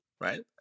right